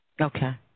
Okay